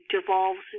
devolves